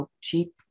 cheap